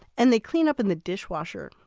and they clean up in the dishwasher.